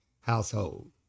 household